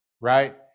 right